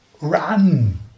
run